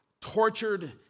tortured